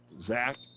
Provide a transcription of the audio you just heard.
Zach